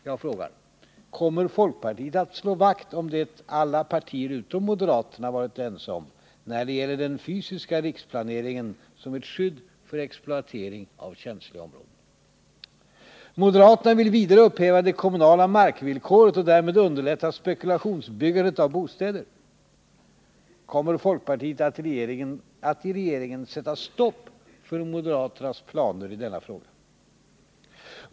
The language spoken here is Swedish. Jag frågar: Kommer folkpartiet att slå vakt om det som alla partier utom moderaterna varit ense om när det gäller den fysiska riksplaneringen som ett skydd mot exploatering av känsliga områden? Moderaterna vill vidare upphäva det kommunala markvillkoret och därmed öka spekulationsbyggandet av bostäder. Kommer folkpartiet att i regeringen sätta stopp för moderaternas planer i denna fråga?